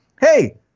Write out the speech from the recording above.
hey